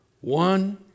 one